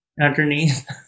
underneath